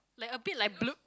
like a bit like blurp